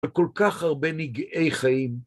וכל כך הרבה ניגעי חיים.